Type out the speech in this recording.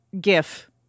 gif